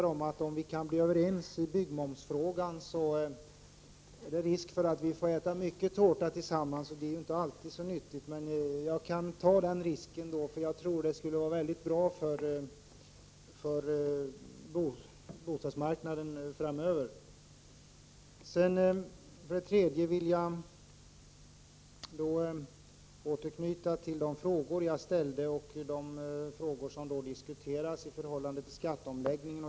Om vi kan bli överens i byggmomsfrågan, är jag övertygad om att det finns en risk för att vi får äta mycket tårta tillsammans. Det är inte alltid så nyttigt. Men jag tar den risken ändå, eftersom jag tror att det här skulle vara väldigt bra för bostadsmarknaden framöver. Sedan vill jag återknyta till de frågor som jag ställde och till det som diskuteras i förhållande till skatteomläggningen.